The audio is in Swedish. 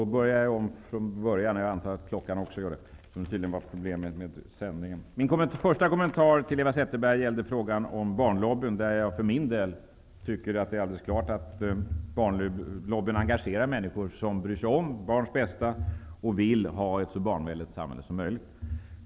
Herr talman! Min första kommentar till Eva Zetterberg gäller frågan om Barnlobbyn. För min del tycker jag att det är alldeles klart att Barnlobbyn engagerar människor som bryr sig om barns bästa och vill ha ett så barnvänligt samhälle som möjligt.